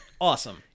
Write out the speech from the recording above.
Awesome